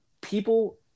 people